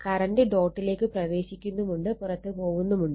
current ഡോട്ടിലേക്ക് പ്രവേശിക്കുന്നുമുണ്ട് പുറത്ത് പോകുന്നുമുണ്ട്